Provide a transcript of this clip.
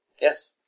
Yes